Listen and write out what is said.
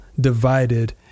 divided